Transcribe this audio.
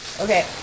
Okay